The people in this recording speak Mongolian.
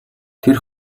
тэр